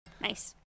nice